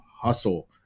hustle